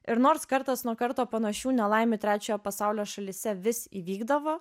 ir nors kartas nuo karto panašių nelaimių trečiojo pasaulio šalyse vis įvykdavo